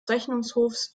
rechnungshofs